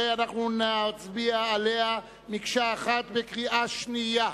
נצביע עליה כמקשה אחת בקריאה שנייה.